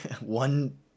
one